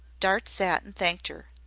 dart sat and thanked her.